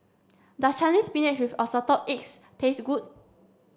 does Chinese spinach with assorted eggs taste good